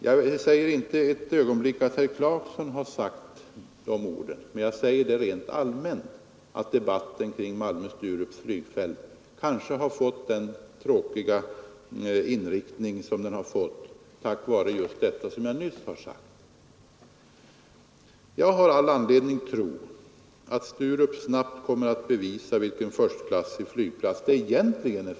Jag påstår inte att herr Clarkson har sagt de orden, men jag säger rent allmänt att debatten kring Malmö/Sturups flygfält kanske har fått den tråkiga inriktning som den fått på grund av de förhållanden som jag nyss har redogjort för. Jag har all anledning tro att Sturup snabbt kommer att bevisa vilken förstklassig flygplats den egentligen är.